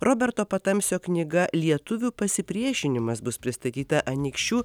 roberto patamsio knyga lietuvių pasipriešinimas bus pristatyta anykščių